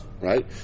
Right